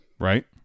Right